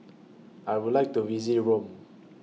I Would like to visit Rome